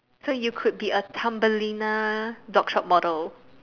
so you could be a Thumbelina blog shop model